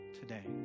today